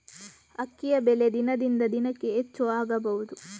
ಅಕ್ಕಿಯ ಬೆಲೆ ದಿನದಿಂದ ದಿನಕೆ ಹೆಚ್ಚು ಆಗಬಹುದು?